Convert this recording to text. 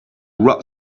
what